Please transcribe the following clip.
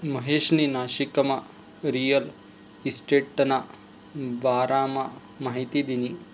महेशनी नाशिकमा रिअल इशटेटना बारामा माहिती दिनी